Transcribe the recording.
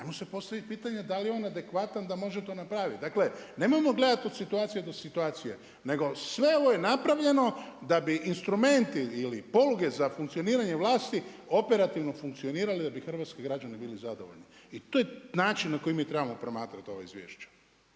ajmo sad postaviti pitanje, dal on adekvatan da može to napraviti. Dakle, nemojmo gledati od situacije do situacije, nego sve je ovo napravljeno, da bi instrumenti ili poluge za funkcioniranje vlasti, operativno funkcionirali da bi hrvatski građani bili zadovoljni i to je način na koji mi trebamo promatrati ova izvješća,